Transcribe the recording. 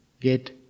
get